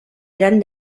eran